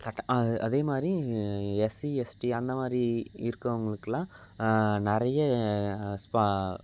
கட்ட அதே மாதிரி எஸ்சி எஸ்டி அந்த மாதிரி இருக்கவங்களுக்கெல்லாம் நிறைய ஸ்பா